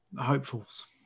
hopefuls